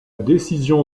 décision